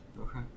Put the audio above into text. okay